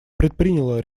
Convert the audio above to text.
предприняло